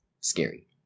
scary